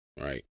Right